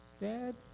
Dad